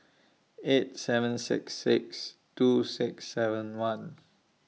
eight seven six six two six seven one